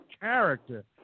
character